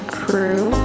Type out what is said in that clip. crew